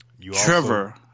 Trevor